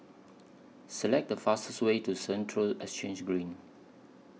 Select The fastest Way to Central Exchange Green